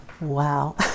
Wow